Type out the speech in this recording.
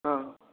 ஆ